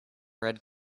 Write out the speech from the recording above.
red